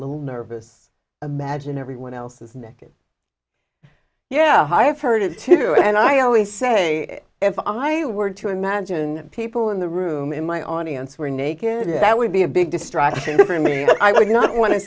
little nervous imagine everyone else's neck it yeah i have heard it too and i always say if i were to imagine people in the room in my audience were naked that would be a big distraction for me but i would not want to